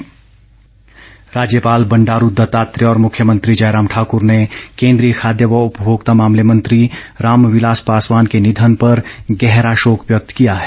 शोक राज्यपाल बंडारू दत्तात्रेय और मुख्यमंत्री जयराम ठाकुर ने केंद्रीय खाद्य व उपभोक्ता मामले मंत्री रामविलास पासवान के निधन पर गहरा शोक व्यक्त किया है